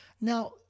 Now